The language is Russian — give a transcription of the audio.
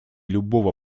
любого